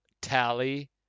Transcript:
Tally